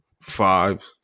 five